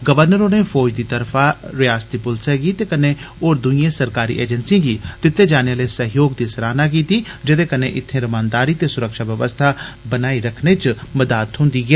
governor होरें फौज दी तरफा रिआसती पुलसै गी ते कन्नै होर दुइएं सरकारी एजेंसिएं गी दित्ते जाने आले सैह्योग दी सराह्ना कीती जेह्दे कन्नै इत्थें रमानदारी ते सुरक्षा बवस्था बनाई रखने च मदाद थ्होंदी ऐ